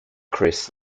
chris